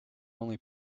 only